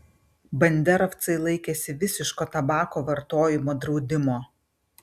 banderovcai laikėsi visiško tabako vartojimo draudimo